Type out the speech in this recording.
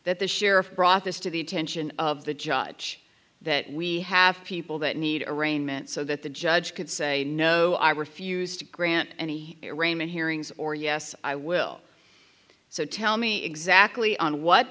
that the sheriff brought this to the attention of the judge that we have people that need arraignment so that the judge could say no i refused to grant any arraignment hearings or yes i will so tell me exactly on what